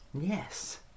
Yes